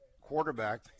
quarterback